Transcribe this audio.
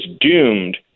doomed